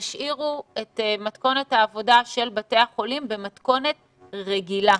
שתשאירו את מתכונת העבודה של בתי החולים במתכונת רגילה.